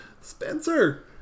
Spencer